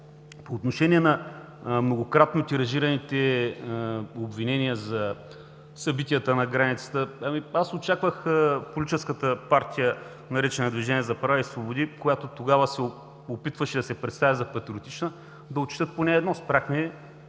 По отношение на многократно тиражираните обвинения за събитията на границата. Очаквах Политическата партия, наречена „Движение за права и свободи“, която тогава се опитваше да се представя за патриотична, да отчетат поне едно – спряхме